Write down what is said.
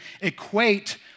equate